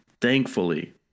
thankfully